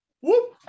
whoop